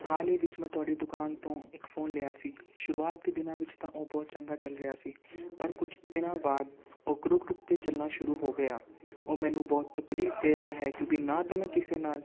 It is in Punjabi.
ਹਾਲ ਹੀ ਵਿੱਚ ਮੈਂ ਤੁਹਾਡੀ ਦੁਕਾਨ ਤੋਂ ਇੱਕ ਫੋਨ ਲਿਆ ਸੀ ਸ਼ੁਰੂਆਤ ਦੇ ਦਿਨਾਂ ਵਿੱਚ ਤਾਂ ਉਹ ਬਹੁਤ ਚੰਗਾ ਚੱਲ ਰਿਹਾ ਸੀ ਪਰ ਕੁਛ ਦਿਨਾਂ ਬਾਅਦ ਉਹ ਰੁਕ ਰੁਕ ਕੇ ਚਲਣਾ ਸ਼ੁਰੂ ਹੋ ਗਿਆ ਉਹ ਮੈਨੂੰ ਬਹੁਤ ਤਕਲੀਫ਼ ਦੇ ਰਿਹਾ ਹੈ ਕਿਉਂਕਿ ਨਾ ਤਾਂ ਮੈਂ ਕਿਸੇ ਨਾਲ